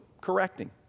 correcting